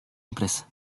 empresa